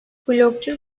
blogcu